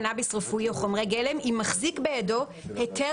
קנאביס רפואי או חומרי גלם אם מחזיק בידו היתר